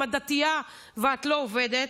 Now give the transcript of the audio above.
אם את דתייה ואת לא עובדת.